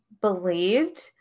believed